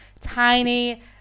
tiny